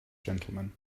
gentlemen